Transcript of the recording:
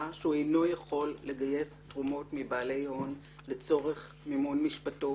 שהוא אינו יכול לגייס תרומות מבעלי הון לצורך מימון משפטו,